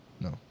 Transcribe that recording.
No